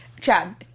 Chad